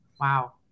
Wow